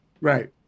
Right